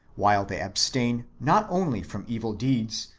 while they abstain not only from evil deeds,